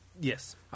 Yes